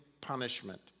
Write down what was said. punishment